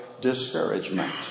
discouragement